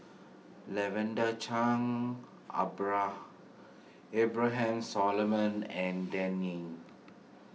Lavender Chang Abraham Solomon and Dan Ying